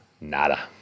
nada